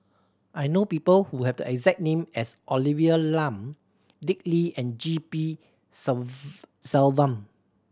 I know people who have the exact name as Olivia Lum Dick Lee and G P Selvam